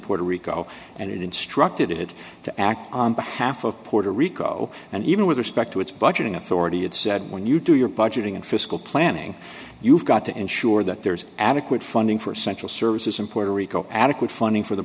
puerto rico and it instructed it to act on behalf of puerto rico and even with respect to its budgeting authority it said when you do your budgeting and fiscal planning you've got to ensure that there's adequate funding for essential services in puerto rico adequate funding for the